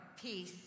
peace